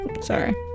sorry